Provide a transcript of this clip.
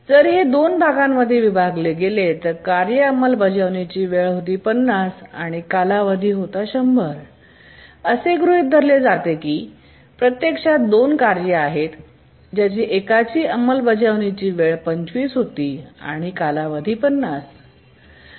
जर हे 2 भागांमध्ये विभागले गेले तर कार्य अंमलबजावणीची वेळ होती 50 आणि कालावधी 100 होता असे गृहित धरले जाते की ते प्रत्यक्षात 2 कार्ये आहेत ज्यात एकाची अंमलबजावणी वेळ 25 होती आणि कालावधी 50 होता